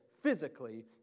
physically